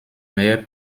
meilleure